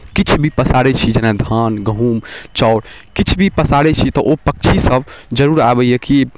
किछु भी पसारै छी जेना धान गहूम चाउर किछु भी पसारै छि तऽ ओ पक्षीसब जरूर आबैए कि